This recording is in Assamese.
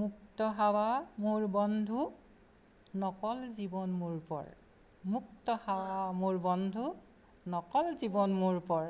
মুক্ত হাৱা মোৰ বন্ধু নকল জীৱন মোৰ পৰ মুক্ত হাৱা মোৰ বন্ধু নকল জীৱন মোৰ পৰ